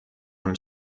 him